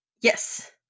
Yes